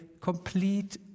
complete